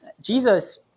Jesus